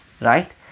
right